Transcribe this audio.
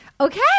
Okay